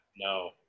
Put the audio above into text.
No